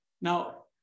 Now